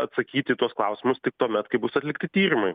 atsakyt į tuos klausimus tik tuomet kai bus atlikti tyrimai